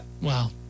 Wow